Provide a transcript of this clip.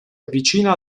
avvicina